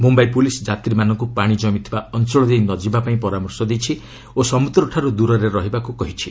Mumbai police ଯାତ୍ରୀମାନଙ୍କୁ ପାଶି ଜମିଥିବା ଅଞ୍ଚଳ ଦେଇ ନ ଯିବା ପାଇଁ ପରାମର୍ଶ ଦେଇଛି ଓ ସମୁଦ୍ରଠାରୁ ଦୂରରେ ରହିବା ପାଇଁ କହିଛି